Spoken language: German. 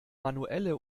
manuelle